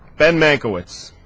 then make awaits